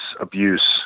abuse